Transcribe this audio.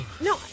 No